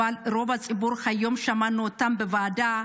אבל רוב הציבור היום, שמענו אותם בוועדה,